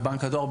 ובנק הדואר,